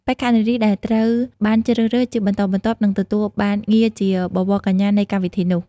បេក្ខនារីដែលត្រូវបានជ្រើសរើសជាបន្តបន្ទាប់នឹងទទួលបានងារជាបវរកញ្ញានៃកម្មវិធីនោះ។